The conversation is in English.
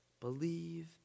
Believe